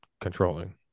controlling